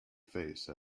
face